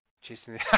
chasing